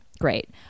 Great